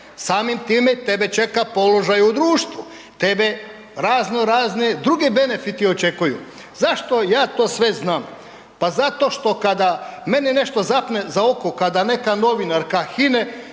samim time tebe čeka položaj u društvu, tebe razno razne druge benfiti očekuju. Zašto ja to sve znam? Pa zato što kada meni nešto zapne za oko, kada neka novinarka